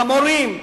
חמורים,